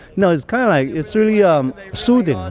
no. it's kind of like, it's really, um soothing